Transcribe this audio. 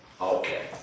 Okay